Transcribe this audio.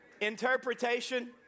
Interpretation